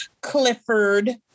Clifford